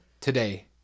today